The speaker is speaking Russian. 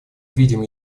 видим